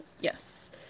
Yes